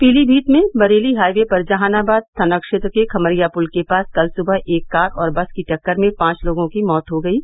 पीलीमीत में बरेली हाइवे पर जहानाबाद थानाक्षेत्र के खमरिया पुल के पास कल सुबह एक कार और बस की टक्कर में पाँच लोगों की मौत हो गयी